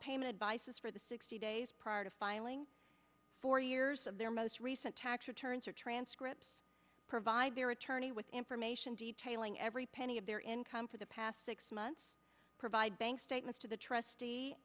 bice's for the sixty days prior to filing four years of their most recent tax returns or transcripts provide their attorney with information detailing every penny of their income for the past six months provide bank statements to the trustee